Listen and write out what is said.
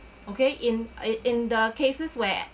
okay in in in the cases where